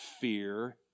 Fear